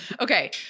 Okay